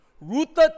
rooted